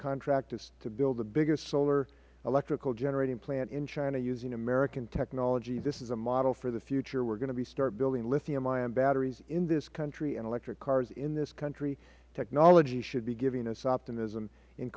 contract to build the biggest solar electrical generating plant in china using american technology this is a model for the future we will start building lithium ion batteries in this country and electric cars in this country technology should be giving us optimism in